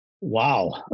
wow